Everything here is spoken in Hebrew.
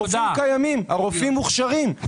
הרופאים קיימים, הרופאים מוכשרים.